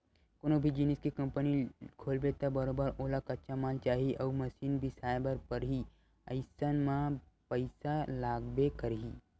कोनो भी जिनिस के कंपनी खोलबे त बरोबर ओला कच्चा माल चाही अउ मसीन बिसाए बर परही अइसन म पइसा लागबे करही